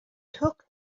took